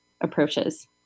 approaches